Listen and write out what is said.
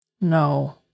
No